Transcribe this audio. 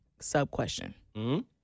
sub-question